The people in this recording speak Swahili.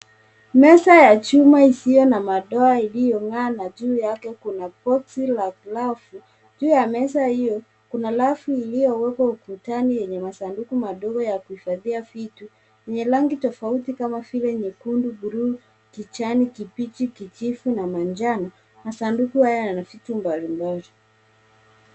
Meza ya chuma isiyo na madoa iliyong'aa na juu yake kuna boksi la glavu. Juu ya meza hiyo kuna rafu iliyowekwa ukutani yenye masanduku madogo ya kuhifadhia vitu yenye rangi tofauti kama vile nyekundu buluu kijani kibichi, kijivu na manjano, masanduku haya yana vitu mbalimbali.